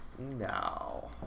no